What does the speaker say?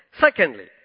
Secondly